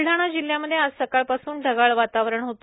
ब्लडाणा जिल्ह्यामध्ये आज सकाळपासून ढगाळ वातावरण होत